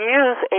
use